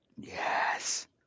Yes